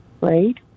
right